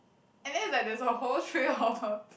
and then is like there's a whole tray of her